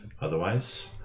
otherwise